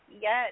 yes